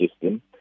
system